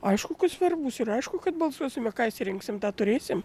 aišku kad svarbūs ir aišku kad balsuosime ką išsirinksim tą turėsim